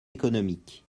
économique